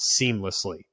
seamlessly